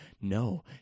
no